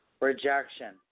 Rejection